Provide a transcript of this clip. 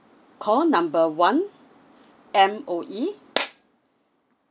call number one M_O_E